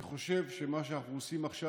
אני חושב שמה שאנחנו עושים עכשיו,